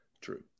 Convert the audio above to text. True